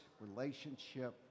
relationship